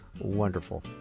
wonderful